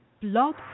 Blog